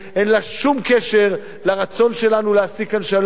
אין לו שום קשר לרצון שלנו להשיג כאן שלום.